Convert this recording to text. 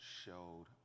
showed